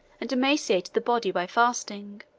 and emaciated the body by fasting